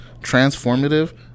Transformative